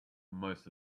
most